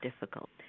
difficult